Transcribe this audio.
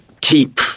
keep